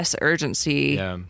urgency